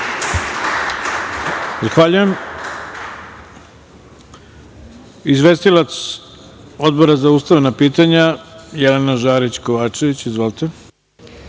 ima izvestilac Odbora za ustavna pitanja Jelena Žarić Kovačević. Izvolite.